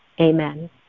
Amen